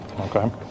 Okay